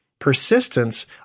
persistence